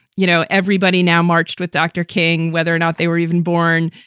you know, everybody now marched with dr. king, whether or not they were even born.